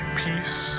peace